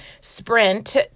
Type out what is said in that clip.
sprint